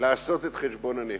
לעשות את חשבון הנפש,